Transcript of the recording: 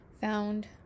found